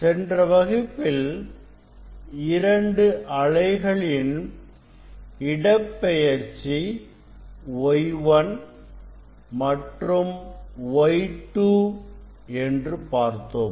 சென்ற வகுப்பில் இரண்டு அலைகளின் இடப்பெயர்ச்சி Y 1 மற்றும் Y 2 என்று பார்த்தோம்